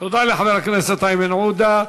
תודה לחבר הכנסת איימן עודה.